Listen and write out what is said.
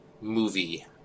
movie